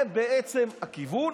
זה בעצם הכיוון,